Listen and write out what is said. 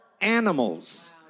animals